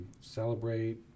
celebrate